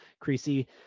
Creasy